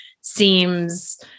seems